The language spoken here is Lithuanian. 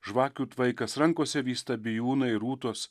žvakių tvaikas rankose vysta bijūnai ir rūtos